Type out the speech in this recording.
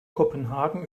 kopenhagen